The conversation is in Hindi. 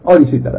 और इसी तरह